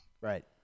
Right